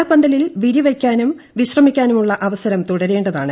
നടപ്പന്തലിൽ വിരിവ യ്ക്കാനും വിശ്രമിക്കാനുമുള്ള അവസരം തുടരേണ്ടതാണ്